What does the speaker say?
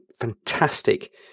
fantastic